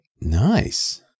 nice